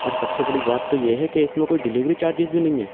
اور سب سے بڑی بات تو یہ ہے کہ اس میں کوئی ڈلیوری چارجز بھی نہیں ہے